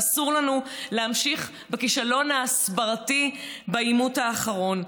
ואסור לנו להמשיך בכישלון ההסברתי בעימות האחרון.